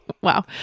Wow